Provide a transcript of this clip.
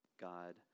God